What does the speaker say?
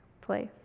place